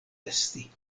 esti